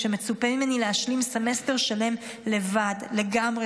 כשמצופה ממני להשלים סמסטר שלם לבד לגמרי,